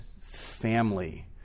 family